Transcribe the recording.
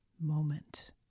moment